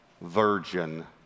virgin